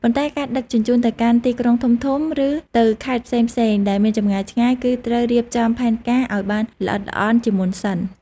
ប៉ុន្តែការដឹកជញ្ជូនទៅកាន់ ទីក្រុងធំៗ ឬទៅខេត្តផ្សេងៗដែលមានចម្ងាយឆ្ងាយ គឺត្រូវរៀបចំផែនការឲ្យបានល្អិតល្អន់ជាមុនសិន។